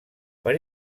per